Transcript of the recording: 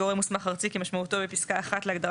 "גורם מוסמך ארצי" כמשמעותו בפסקה (1) להגדרה